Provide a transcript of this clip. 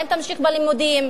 האם תמשיך בלימודים,